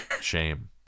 shame